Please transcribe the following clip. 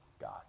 God